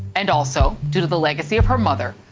and also, due to the legacy of her mother,